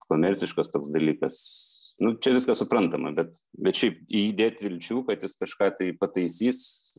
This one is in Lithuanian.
komerciškas toks dalykas nu čia viskas suprantama bet bet šiaip į jį dėt vilčių kad jis kažką tai pataisys